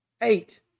Eight